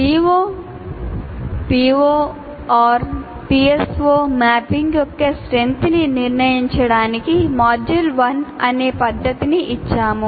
CO PO PSO mapping యొక్క strength ని నిర్ణయించడానికి మాడ్యూల్ 1 అనే పద్ధతిని ఇచ్చాము